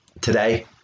today